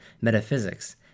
metaphysics